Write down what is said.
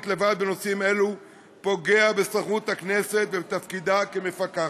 לבד בנושאים אלו פוגע בסמכות הכנסת ובתפקידה כמפקחת.